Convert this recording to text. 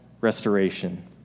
restoration